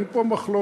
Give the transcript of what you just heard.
אין פה מחלוקת,